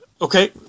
Okay